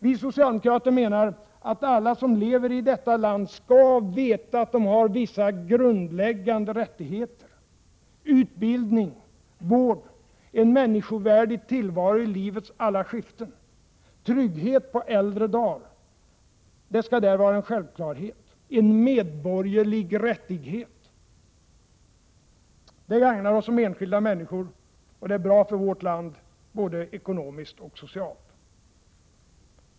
Vi socialdemokrater menar att alla som lever i detta land skall veta att de har vissa grundläggande rättigheter. Utbildning, vård, en människovärdig tillvaro i alla livets skiften, trygghet på äldre dar skall vara en självklarhet, en medborgerlig rättighet. Det gagnar oss som enskilda människor och det är bra för vårt land, både ekonomiskt och socialt.